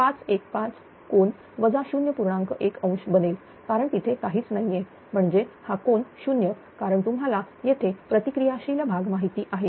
1° बनेल करण तिथे काहीच नाहीये म्हणजे हा कोन 0 कारण तुम्हाला येथे प्रतिक्रिया शील भाग माहिती आहे